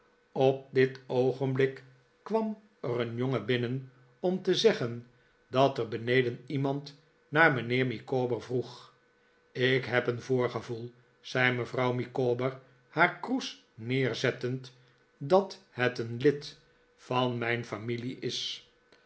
op dit oogenblik kwam er een jongen binnen om te zeggen dat er beneden iemand naar mijnheer micawber vroeg ik heb een voorgevoel zei mevrouw micawber haar kroes neerzettend dat het een lid van mijn familie is